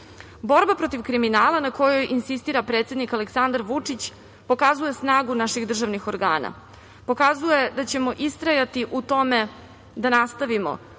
izađu. Borba protiv kriminala na kojoj insistira predsednik Aleksandar Vučić pokazuje snagu naših državnih organa, pokazuje da ćemo istrajati u tome da nastavimo